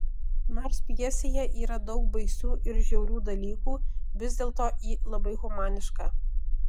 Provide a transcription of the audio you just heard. nors pjesėje yra daug baisių ir žiaurių dalykų vis dėlto ji labai humaniška